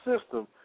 system